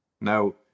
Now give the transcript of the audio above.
Now